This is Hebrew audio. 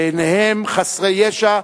ביניהם חסרי ישע,